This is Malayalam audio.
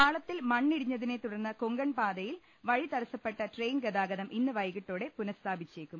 പാളത്തിൽ മണ്ണിടിഞ്ഞതിനെ തുടർന്ന് കൊങ്കൺ പാത വഴി തടസപ്പെട്ട ട്രെയിൻ ഗതാഗതം ഇന്ന് വൈകിട്ടോടെ പുനസ്ഥാപി ച്ചേക്കും